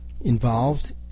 involved